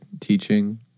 teaching